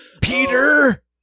Peter